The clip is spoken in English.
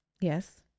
Yes